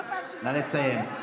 נא לסיים.